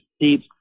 deep